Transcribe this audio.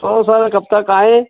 तो सर कब तक आएं